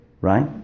Right